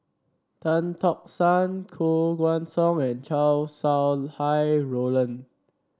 Tan Tock San Koh Guan Song and Chow Sau Hai Roland